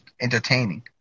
entertaining